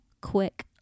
quick